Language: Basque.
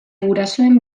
gurasoen